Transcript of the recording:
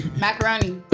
Macaroni